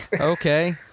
okay